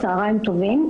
צוהריים טובים.